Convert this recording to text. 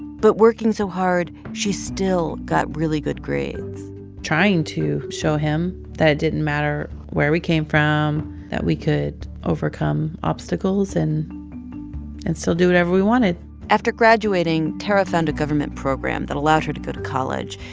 but working so hard she still got really good grades trying to show him that it didn't matter where we came from, that we could overcome obstacles and and still do whatever we wanted after graduating, tarra found a government program that allowed her to go to college.